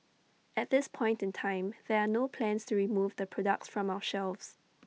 at this point in time there are no plans to remove the products from our shelves